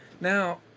Now